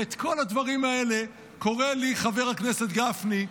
ועל כל הדברים האלה קורא לי חבר הכנסת גפני,